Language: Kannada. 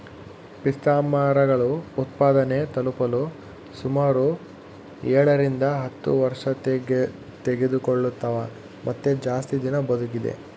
ಪಿಸ್ತಾಮರಗಳು ಉತ್ಪಾದನೆ ತಲುಪಲು ಸುಮಾರು ಏಳರಿಂದ ಹತ್ತು ವರ್ಷತೆಗೆದುಕೊಳ್ತವ ಮತ್ತೆ ಜಾಸ್ತಿ ದಿನ ಬದುಕಿದೆ